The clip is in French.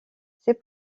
ses